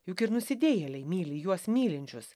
juk ir nusidėjėliai myli juos mylinčius